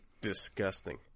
Disgusting